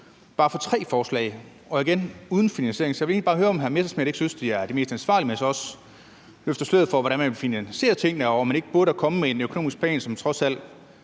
bare for tre forslag og igen uden finansiering. Så jeg vil egentlig bare høre, om hr. Morten Messerschmidt ikke synes, at det er det mest ansvarlige, at man så også løfter sløret for, hvordan man vil finansiere tingene, og om man ikke burde komme med en økonomisk plan, som trods alt